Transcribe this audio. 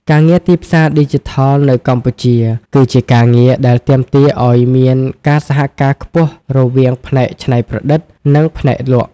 ការងារទីផ្សារឌីជីថលនៅកម្ពុជាគឺជាការងារដែលទាមទារឱ្យមានការសហការខ្ពស់រវាងផ្នែកច្នៃប្រឌិត និងផ្នែកលក់។